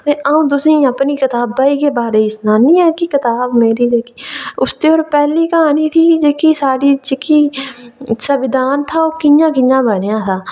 ते अ'ऊं तुसें गी अपनी कताबै दे बारे च सनान्नी आं कि कताब मेरी ऐ जेह्की उसदे पर पैह्ली क्हानी ही जेह्की साढ़ी जेह्की संविधान था ओह् कि'यां कि'यां बनेआ हा